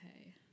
okay